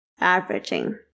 averaging